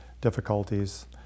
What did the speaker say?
difficulties